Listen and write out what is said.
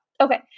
Okay